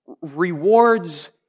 rewards